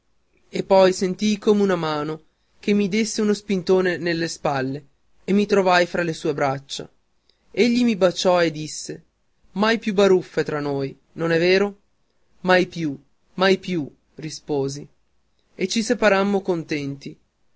e poi sentii come una mano che mi desse uno spintone nelle spalle e mi trovai tra le sue braccia egli mi baciò e disse mai più baruffe tra di noi non è vero mai più mai più risposi e ci separammo contenti